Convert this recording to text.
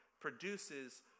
produces